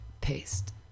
Paste